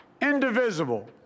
indivisible